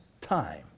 time